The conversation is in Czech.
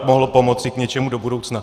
Mohlo to pomoci k něčemu do budoucna.